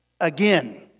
again